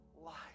life